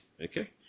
Okay